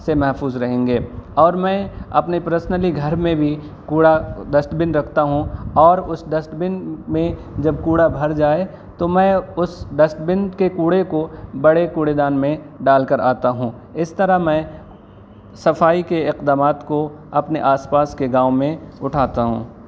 سے محفوظ رہیں گے اور میں اپنے پرسنلی گھر میں بھی کوڑا ڈسٹ بن رکھتا ہوں اور اس ڈسٹ بن میں جب کوڑا بھر جائے تو میں اس ڈسٹ بن کے کوڑے کو بڑے کوڑے دان میں ڈال کر آتا ہوں اس طرح میں صفائی کے اقدامات کو اپنے آس پاس کے گاؤں میں اٹھاتا ہوں